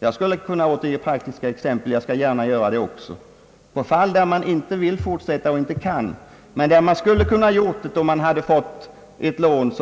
Jag skulle kunna återge många praktiska exempel — jag skall gärna göra det också — på fall där man vill fortsätta och inte kan, men där man kunde ha gjort det om man fått ett lån